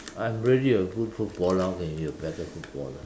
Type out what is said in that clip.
I'm really a good footballer when you better footballer